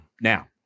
Now